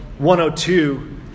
102